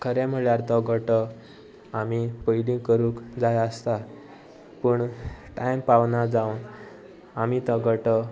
खरें म्हणळ्यार तो गोटो आमी पयलीं करूंक जाय आसता पूण टायम पावना जावन आमी तो गोटो